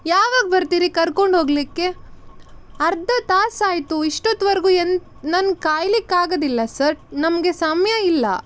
ಯಾವಾಗ ಬರ್ತೀರಿ ಕರ್ಕೊಂಡು ಹೋಗಲಿಕ್ಕೆ ಅರ್ಧ ತಾಸಾಯಿತು ಇಷ್ಟೊತ್ವರ್ಗೂ ಎನ್ ನಂಗೆ ಕಾಯ್ಲಿಕ್ಕೆ ಆಗೋದಿಲ್ಲ ಸರ್ ನಮಗೆ ಸಮಯ ಇಲ್ಲ